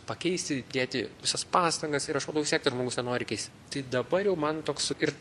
pakeisti dėti visas pastangas ir aš matau vistiek tas žmogus nenori keisti tai dabar jau man toks ir